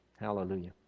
hallelujah